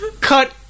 cut